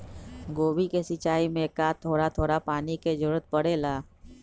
गोभी के सिचाई में का थोड़ा थोड़ा पानी के जरूरत परे ला?